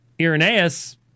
Irenaeus